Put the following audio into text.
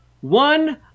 one